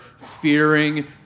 fearing